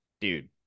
dude